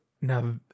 now